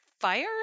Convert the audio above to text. fire